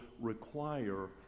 require